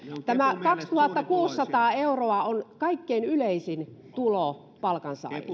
tämä kaksituhattakuusisataa euroa on kaikkein yleisin tulo palkansaajilla